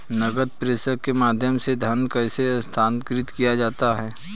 नकद प्रेषण के माध्यम से धन कैसे स्थानांतरित किया जाता है?